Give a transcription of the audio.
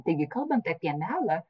taigi kalbant apie melą